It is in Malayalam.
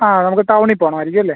ആ നമുക്ക് ടൗണി പോകണമായിരിക്കുമല്ലേ